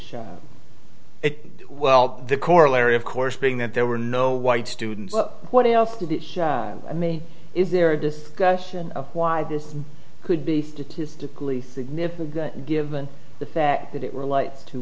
it well the corollary of course being that there were no white students what else did it i mean is there a discussion of why this could be statistically significant given the fact that it relates to